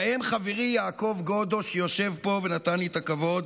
ובהם חברי יעקב גודו, שיושב פה ונתן לי את הכבוד,